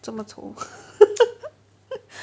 什么臭